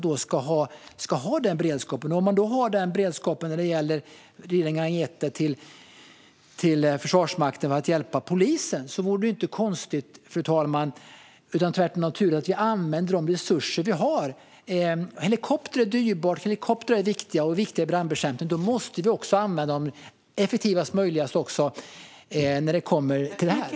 Om regeringen har gett Försvarsmakten i uppgift att hjälpa polisen vore det inte konstigt utan tvärtom naturligt, fru talman, att vi använder de resurser vi har. Helikoptrar är dyrbara och viktiga i brandbekämpningen. Då måste vi använda dem på effektivast möjliga sätt också när det gäller detta.